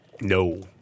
No